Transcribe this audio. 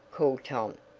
called tom,